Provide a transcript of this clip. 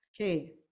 Okay